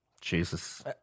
Jesus